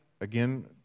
again